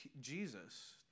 Jesus